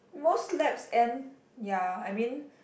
most labs end ya I mean